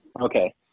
Okay